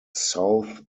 south